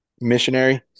Missionary